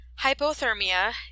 hypothermia